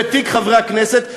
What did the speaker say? ותיק חברי הכנסת,